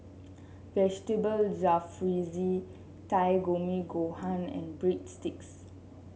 Vegetable Jalfrezi Takikomi Gohan and Breadsticks